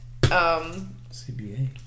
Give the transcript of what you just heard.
CBA